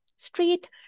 street